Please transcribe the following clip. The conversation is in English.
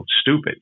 stupid